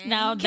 Now